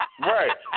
Right